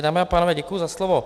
Dámy a pánové, děkuji za slovo.